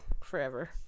Forever